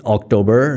October